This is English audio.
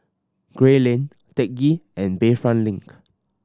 Gray Lane Teck Ghee and Bayfront Link